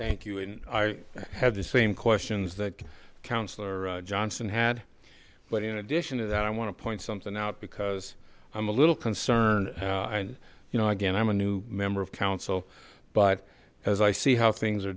thank you and i have the same questions that councillor johnson had but in addition to that i want to point something out because i'm a little concerned and you know again i'm a new member of council but as i see how things are